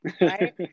Right